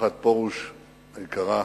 משפחת פרוש היקרה,